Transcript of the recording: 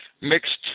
mixed